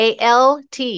ALT